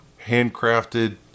handcrafted